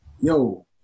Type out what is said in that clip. yo